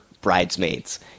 bridesmaids